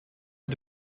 und